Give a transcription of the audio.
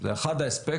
זה אחד האספקטים.